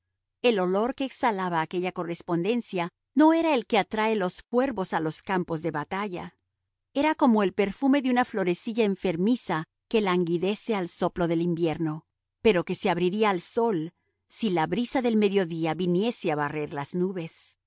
el olor que exhalaba aquella correspondencia no era el que atrae los cuervos a los campos de batalla era como el perfume de una florecilla enfermiza que languidece al soplo del invierno pero que se abriría al sol si la brisa del mediodía viniese a barrer las nubes